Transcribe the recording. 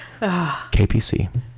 kpc